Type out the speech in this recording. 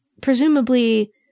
presumably